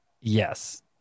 Yes